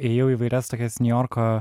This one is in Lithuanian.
ėjau įvairias tokias niujorko